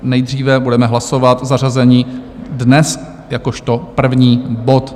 Nejdříve budeme hlasovat zařazení dnes jakožto první bod.